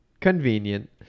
convenient